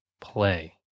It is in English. play